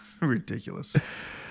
Ridiculous